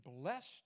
blessed